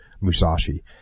Musashi